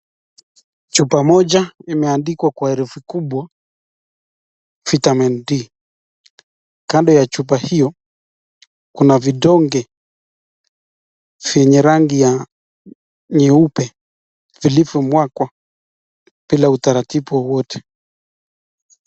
Chupa moja imeandikwa kwa herufi kubwa Vitamin D . Kando ya chupa hio kuna vidonge vyenye rangi ya nyeupe vilivyomwangwa bila utaratibu wowote.